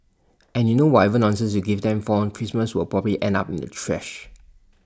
and you know whatever nonsense you give them for on Christmas will probably end up in the trash